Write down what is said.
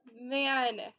Man